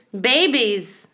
Babies